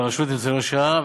ולרשות לניצולי השואה,